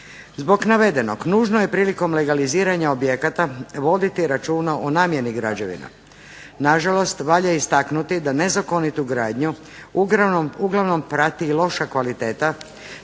Zbog navedenog nužno je priliko legaliziranja objekata voditi računa o namjeni građevina. Nažalost, valja istaknuti da nezakonitu gradnju uglavnom prati i loša kvaliteta,